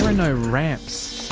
ah no ramps.